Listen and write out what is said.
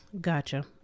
Gotcha